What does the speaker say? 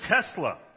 Tesla